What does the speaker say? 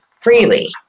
freely